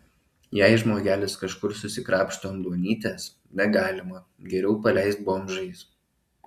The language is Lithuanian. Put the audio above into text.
jei žmogelis kažkur susikrapšto ant duonytės negalima geriau paleist bomžais